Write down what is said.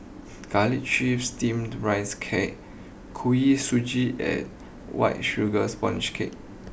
Garlic Chives Steamed Rice Cake Kuih Suji and White Sugar Sponge Cake